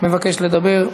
מבקש לדבר.